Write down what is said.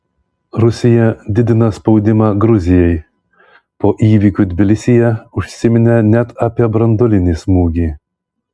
rusija didina spaudimą gruzijai po įvykių tbilisyje užsiminė net apie branduolinį smūgį